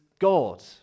God